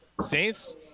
Saints